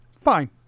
Fine